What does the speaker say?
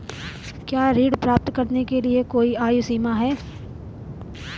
क्या ऋण प्राप्त करने के लिए कोई आयु सीमा है?